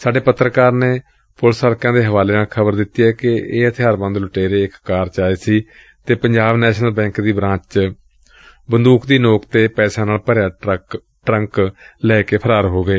ਸਾਡੇ ਪੱਤਰਕਾਰ ਨੇ ਪੁਲਿਸ ਹਲਕਿਆਂ ਦੇ ਹਵਾਲੇ ਨਾਲ ਖ਼ਬਰ ਦਿੱਤੀ ਏ ਕਿ ਇਹ ਹਥਿਆਰਬੰਦ ਲੂਟੇਰੇ ਇਕ ਕਾਰ ਚ ਆਏ ਸਨ ਅਤੇ ਪੰਜਾਬ ਨੈਸ਼ਨਲ ਬੈਂਕ ਦੀ ਬਰਾਂਚ ਚੋਂ ਬੰਦੂਕ ਦੀ ਨੋਕ ਤੇ ਪੈਸਿਆਂ ਨਾਲ ਭਰਿਆ ਟਰੰਕ ਲੈ ਕੇ ਫਰਾਰ ਹੋ ਗਏ